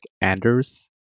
Anders